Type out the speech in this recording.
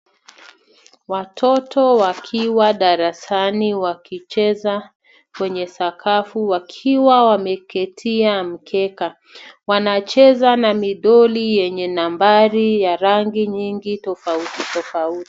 Watoto wakiwa darasani wakicheza kwenye sakafu wakiwa wameketi kwenye mikeka. Wanacheza na midoli yenye nambari ya rangi nyingi tofautitofauti.